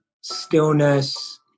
stillness